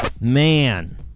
Man